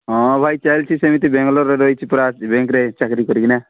ହଁ ଭାଇ ଚାଲିଛି ସେମିତି ବ୍ୟାଙ୍ଗାଲୋରରେ ରହିଛି ପରା ବ୍ୟାଙ୍କ୍ରେ ଚାକିରି କରିକିନା